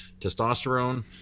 testosterone